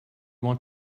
want